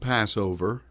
Passover